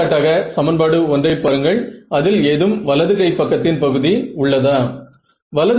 ஆனால் விடையானது அதை அதிகமாக சார்ந்து இருக்க முடியாது